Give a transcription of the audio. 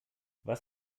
was